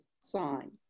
sign